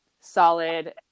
solid